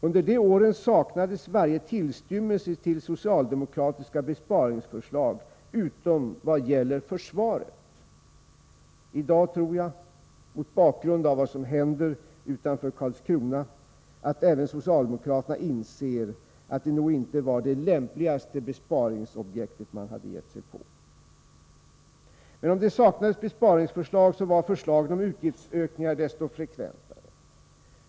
Under de åren saknades varje tillstymmelse till socialdemokratiska besparingsförslag, utom vad gäller försvaret. I dag tror jag — mot bakgrund av vad som händer utanför Karlskrona — att även socialdemokraterna inser att det nog inte var det lämpligaste besparingsobjektet man hade gett sig på. Men om det saknades besparingsförslag så var förslagen om utgiftsökningar desto frekventare.